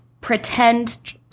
pretend